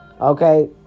okay